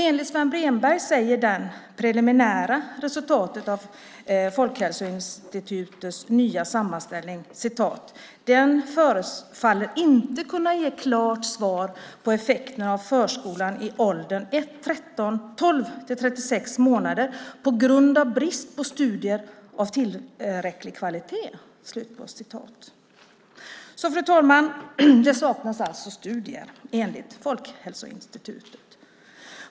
Enligt Sven Bremberg sägs det i det preliminära resultatet av Folkhälsoinstitutets nya sammanställning: Den förefaller inte kunna ge klart svar på effekter av förskola i åldern 12-36 månader på grund av brist på studier av tillräcklig kvalitet. Fru talman! Det saknas alltså studier enligt Folkhälsoinstitutet.